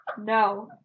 No